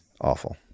awful